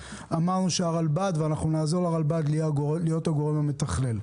אמרנו שהרלב"ד ואנחנו נעזור לרלב"ד להיות הגורם המתכלל.